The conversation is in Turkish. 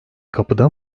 kapıda